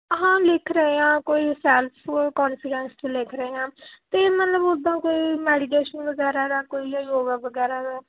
ਹਾਂ ਲਿਖ ਰਹੇ ਹਾਂ ਕੋਈ ਸੈਲਫ ਕੋਨਫੀਡੈਂਸ 'ਤੇ ਰਹੇ ਹਾਂ ਅਤੇ ਮਤਲਬ ਉੱਦਾਂ ਕੋਈ ਮੈਡੀਟੇਸ਼ਨ ਵਗੈਰਾ ਦਾ ਕੋਈ ਜੇ ਯੋਗਾ ਵਗੈਰਾ ਦਾ